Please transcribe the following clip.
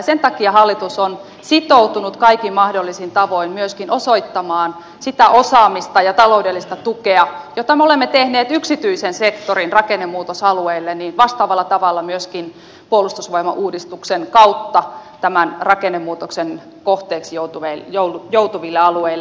sen takia hallitus on sitoutunut kaikin mahdollisin tavoin osoittamaan sitä osaamista ja taloudellista tukea jota me olemme tehneet yksityisen sektorin rakennemuutosalueille vastaavalla tavalla myöskin puolustusvoimauudistuksen kautta tämän rakennemuutoksen kohteeksi joutuville alueille